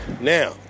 Now